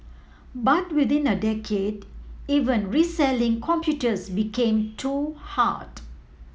but within a decade even reselling computers became too hard